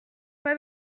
pas